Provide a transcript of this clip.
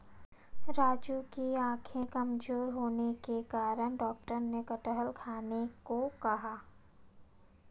राजू की आंखें कमजोर होने के कारण डॉक्टर ने कटहल खाने को कहा